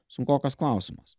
sunkokas klausimas